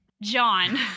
John